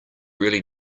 really